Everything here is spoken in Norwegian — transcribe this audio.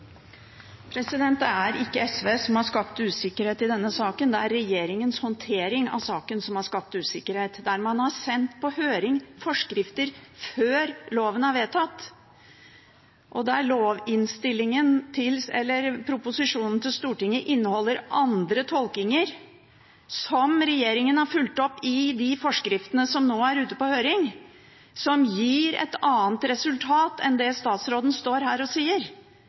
Det er ikke SV som har skapt usikkerhet i denne saken, det er regjeringens håndtering av saken som har skapt usikkerhet. Man har sendt forskrifter på høring før loven er vedtatt, og proposisjonen til Stortinget inneholder andre tolkninger som regjeringen har fulgt opp i de forskriftene som nå er ute på høring, og som gir et annet resultat enn det statsråden står her og sier.